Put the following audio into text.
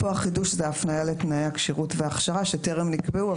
פה החידוש זה ההפניה לתנאי הכשירות וההכשרה שטרם נקבעו,